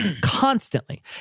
constantly